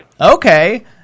Okay